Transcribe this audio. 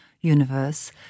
universe